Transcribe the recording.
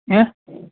હે